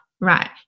right